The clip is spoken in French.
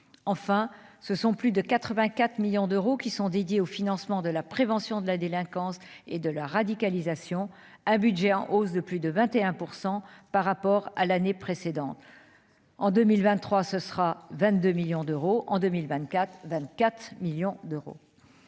enfin, ce sont plus de 84 millions d'euros qui sont dédiés au financement de la prévention de la délinquance et de la radicalisation un budget en hausse de plus de 21 % par rapport à l'année précédente, en 2023, ce sera 22 millions d'euros en 2024 24 millions d'euros,